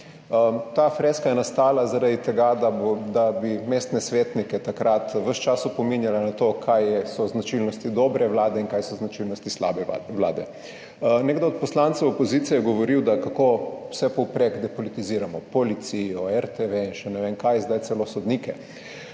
Ta freska je nastala zaradi tega, da bi mestne svetnike takrat ves čas opominjala na to, kaj so značilnosti dobre vlade in kaj so značilnosti slabe vlade. Nekdo od poslancev opozicije je govoril, kako vse povprek depolitiziramo Policijo, RTV in ne vem še kaj, zdaj celo sodnike,